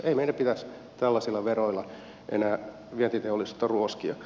ei meidän pitäisi tällaisilla veroilla enää vientiteollisuutta ruoskia